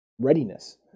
readiness